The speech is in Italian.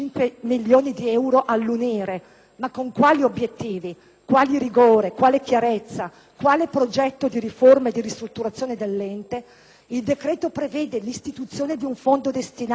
Quale rigore, quale chiarezza, quale progetto di riforma e ristutturazione dell'ente?), il decreto prevede infatti l'istituzione di un fondo destinato - in modo assolutamente indefinito ed approssimativo